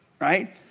right